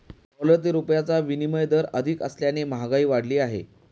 dollar ते रुपयाचा विनिमय दर अधिक असल्याने महागाई वाढली आहे